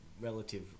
relative